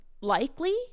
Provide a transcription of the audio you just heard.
likely